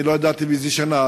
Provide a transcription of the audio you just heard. אני לא ידעתי באיזה שנה,